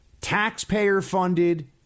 taxpayer-funded